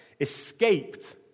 escaped